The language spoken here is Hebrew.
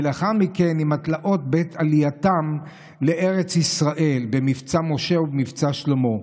ולאחר מכן עם התלאות בעת עלייתם לארץ ישראל במבצע משה ובמבצע שלמה.